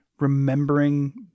remembering